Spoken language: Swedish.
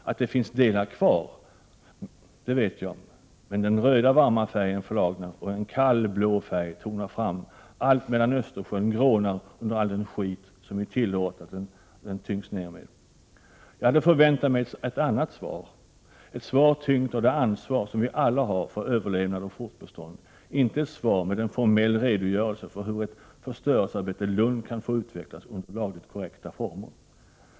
Av det — det vet jag — finns det delar kvar, men den röda varma färgen flagnar, och en kall blå färg tonar fram, alltmedan Östersjön grånar under all den skit som vi tillåter den att tyngas ned med. Jag hade förväntat mig ett annat svar, ett svar tyngt av det ansvar som vi alla har för överlevnad och fortbestånd, inte ett svar med en formell redogörelse för hur ett förstörelsearbete lugnt kan få utvecklas under lagligt korrekta former.